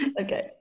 okay